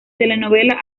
telenovela